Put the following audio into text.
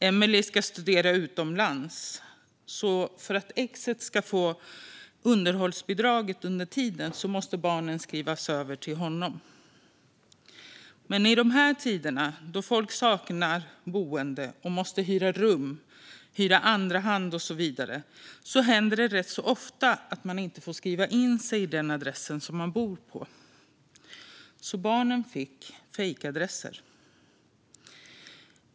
Emelie skulle studera utomlands, och för att exet skulle få underhållsbidraget under tiden måste barnen skrivas hos honom. Men i de här tiderna, då folk saknar boende och måste hyra rum, hyra i andra hand och så vidare, händer det ganska ofta att man inte får skriva sig på adressen där man bor. Barnen fick alltså skrivas på fejkadresser.